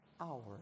hour